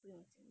不用紧